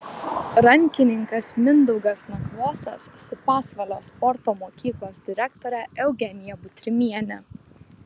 rankininkas mindaugas nakvosas su pasvalio sporto mokyklos direktore eugenija butrimiene